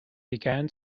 began